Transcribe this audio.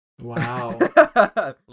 wow